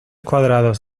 cuadrados